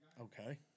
Okay